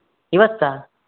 ಇವತ್ತಾ